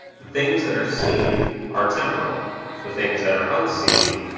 the things that are seen, are temporal the things that are unseen,